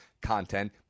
content